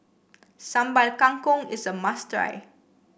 Sambal Kangkong is a must try